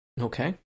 Okay